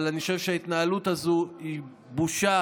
אבל אני חושב שההתנהלות הזאת היא בושה